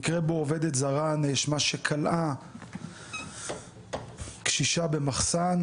מקרה בו עובדת זרה נאשמה שכלאה קשישה במחסן,